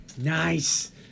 Nice